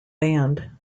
band